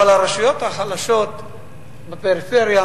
אבל הרשויות החלשות בפריפריה,